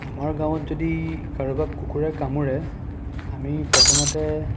আমাৰ গাঁৱত যদি কাৰোবাক কুকুৰে কামুৰে আমি প্ৰথমতে